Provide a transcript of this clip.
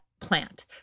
plant